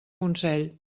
consell